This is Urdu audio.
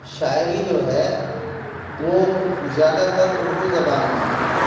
شاعری جو ہے وہ زیادہ تر اردو زبان میں ہے